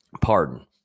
Pardon